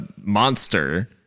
monster